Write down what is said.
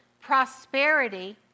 prosperity